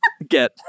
Get